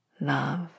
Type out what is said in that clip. love